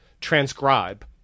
transcribe